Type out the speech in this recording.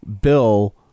Bill